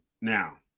now